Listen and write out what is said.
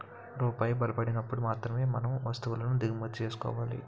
రూపాయి బలపడినప్పుడు మాత్రమే మనం వస్తువులను దిగుమతి చేసుకోవాలి